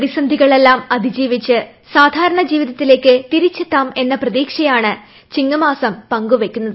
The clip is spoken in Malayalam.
പ്രതിസന്ധികളെല്ലാം അതിജീവിച്ച് സാധാരണ ജീവിതത്തിലേക്ക് തിരിച്ചെത്താം എന്ന പ്രതീക്ഷയാണ് ചിങ്ങമാസം പങ്കു വയ്ക്കുന്നത്